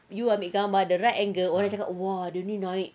you ambil gambar the right angle orang cakap !wah! dia ni naik